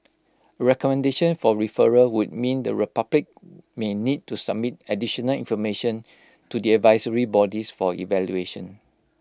recommendation for referral would mean the republic may need to submit additional information to the advisory bodies for evaluation